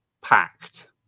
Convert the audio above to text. packed